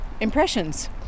Impressions